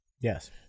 Yes